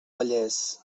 vallès